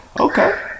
Okay